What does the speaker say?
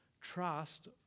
trust